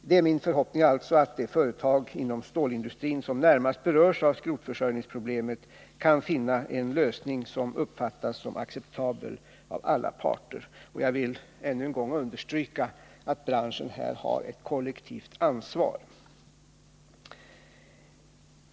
Det är alltså min förhoppning att de företag inom stålindustrin som närmast berörs av skrotförsörjningsproblemet kan finna en lösning som av alla parter uppfattas som acceptabel. Jag vill än en gång understryka att branschen här har ett kollektivt ansvar.